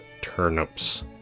turnips